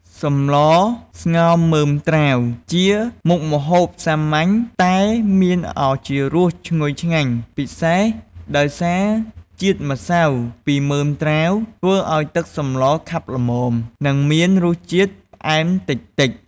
សម្លស្ងោរមើមត្រាវ ជាមុខម្ហូបសាមញ្ញតែមានឱជារសឈ្ងុយឆ្ងាញ់ពិសេស ដោយសារជាតិម្សៅពីមើមត្រាវធ្វើឱ្យទឹកសម្លខាប់ល្មម និងមានរសជាតិផ្អែមតិចៗ។